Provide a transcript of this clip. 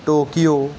Tokyo